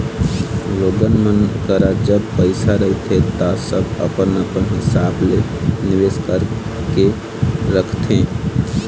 लोगन मन करा जब पइसा रहिथे ता सब अपन अपन हिसाब ले निवेस कर करके रखथे